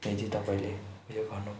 यदि तपाईँले उयो गर्नु